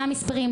מה המספרים,